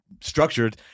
structured